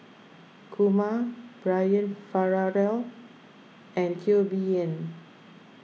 Kumar Brian Farrell and Teo Bee Yen